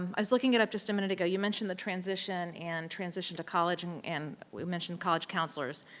um i was looking it up just a minute ago. you mentioned the transition and transition to college and and we mentioned college counselors.